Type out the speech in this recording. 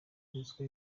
ruswa